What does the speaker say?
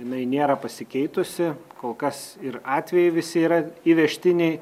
jinai nėra pasikeitusi kol kas ir atvejai visi yra įvežtiniai